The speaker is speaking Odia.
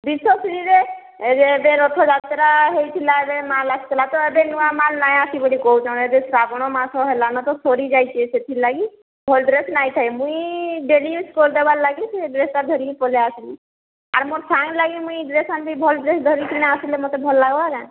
ବିଶ୍ୱଶ୍ରୀରେ ଏବେ ରଥଯାତ୍ରା ହେଇଥିଲା ଯେ ମାଲ ଆସିଥିଲା ତ ଏବେ ନୂଆ ମାଲ ନାଇଁ ଆସିବ ବୋଲି କହୁଛନ୍ ଏବେ ଶ୍ରାବଣ ମାସ ହେଲା ନ ତ ସରି ଯାଉଛେ ସେଥିର୍ଲାଗି ଭଲ ଡ୍ରେସ୍ ନାଇଁଥାଇ ମୁଇଁ ଡେଲି ୟୁଜ୍ କରି ଦେବାର ଲାଗି ସେଇ ଡ୍ରେସ୍ଟା ଧରିକି ପଲେଇ ଆସିଲି ଆର ମୋର ସାଙ୍ଗ ଲାଗି ମୁଇଁ ଡ୍ରେସ୍ ଆନବି ଭଲ ଡ୍ରେସ୍ ଧରିକିନା ଆସଲେ ମୋତେ ଭଲ ଲାଗବ ନା